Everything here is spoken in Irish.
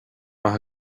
maith